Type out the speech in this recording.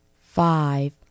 Five